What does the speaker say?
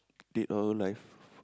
dead or alive